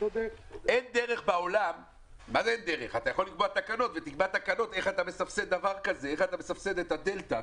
לקבוע תקנות איך מסבסדים את הדלתה,